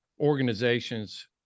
organizations